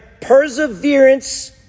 perseverance